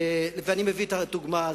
ואני מביא דוגמה.